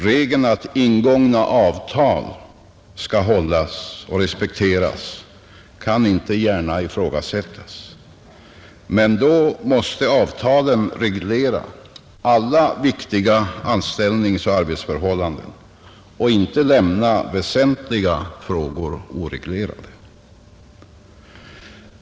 Regeln att ingångna avtal skall hållas och respekteras kan inte gärna ifrågasättas. Men då måste avtalen reglera alla viktiga anställningsoch arbetsförhållanden och inte lämna väsentliga frågor oreglerade.